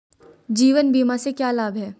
जीवन बीमा से क्या लाभ हैं?